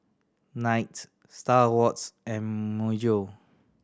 Knight Star Awards and Myojo